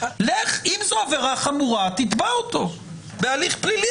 ואם זו עבירה חמורה אז לך תתבע אותו בהליך פלילי.